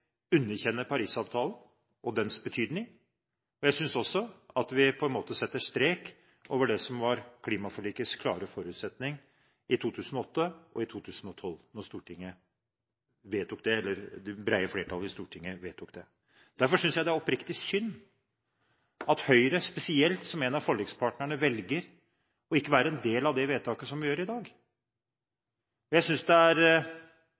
underkjenner Paris-avtalen og dens betydning, og jeg synes også at vi på en måte setter strek over det som var klimaforlikets klare forutsetning i 2008 og i 2012 når det brede flertallet i Stortinget vedtok det. Derfor synes jeg oppriktig det er synd at Høyre, spesielt, som en av forlikspartnerne velger ikke å være en del av det vedtaket som vi gjør i dag. Og jeg synes det er